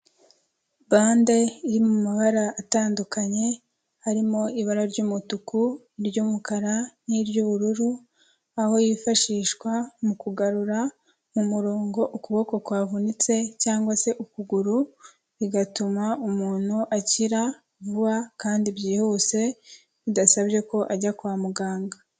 Bande iri mu mabara atandukanye, harimo: ibara ry'umutuku, iry'umukara n'iry'ubururu; aho yifashishwa mu kugarura mu murongo ukuboko kwavunitse cyangwa se ukuguru, bigatuma umuntu akira vuba kandi byihuse, bidasabye ko ajya kwa muganga.